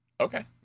okay